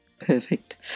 perfect